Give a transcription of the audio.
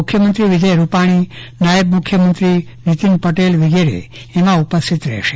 મુખ્યમંત્રી વિજય રૂપાણી નાયબ મુખ્યમંત્રી નીતિન પટેલ વિગેરે એમાં ઉપસ્થિત રહેશે